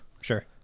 Sure